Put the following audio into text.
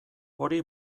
hori